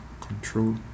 control